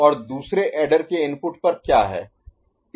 और दुसरे ऐडर के इनपुट पर क्या है